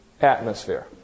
atmosphere